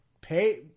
pay